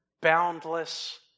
boundless